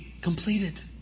Completed